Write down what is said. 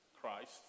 Christ